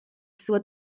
suo